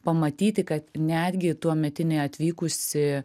pamatyti kad netgi tuometinė atvykusi